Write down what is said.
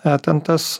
e ten tas